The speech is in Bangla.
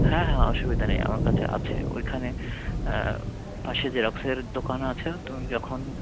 হ্যাঁ হ্যাঁ অসুবিধা নেই আমার কাছে আছে ওইখানে পাশে জেরক্সের দোকান আছে তুমি যখন